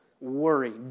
worry